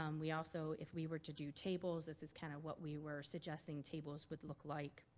um we also. if we were to do tables this is kind of what we were suggesting tables would look like.